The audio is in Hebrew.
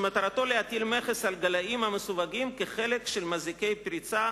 שמטרתו להטיל מכס על גלאים המסווגים כחלק של מזעיקי פריצה,